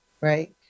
right